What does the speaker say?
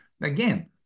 again